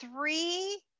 three